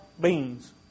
Beans